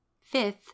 Fifth